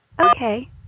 Okay